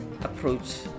approach